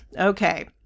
Okay